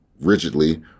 rigidly